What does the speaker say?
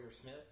Smith